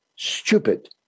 stupid